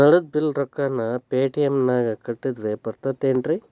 ನಳದ್ ಬಿಲ್ ರೊಕ್ಕನಾ ಪೇಟಿಎಂ ನಾಗ ಕಟ್ಟದ್ರೆ ಬರ್ತಾದೇನ್ರಿ?